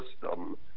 system